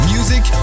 Music